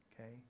Okay